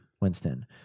Winston